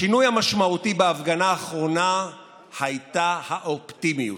השינוי המשמעותי בהפגנה האחרונה היה האופטימיות.